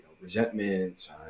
resentments